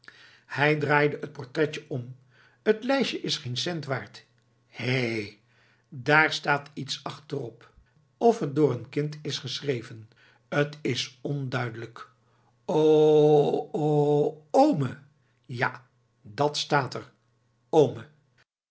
hij draaide het portretje om t lijstje is geen cent waard hé daar staat iets achterop t lijkt wel of het door een kind is geschreven t is onduidelijk o o oome ja dat staat er oome